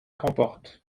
remporte